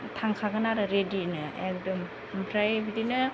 थांखागोन आरो रेडिनो एखदम ओमफ्राय बिदिनो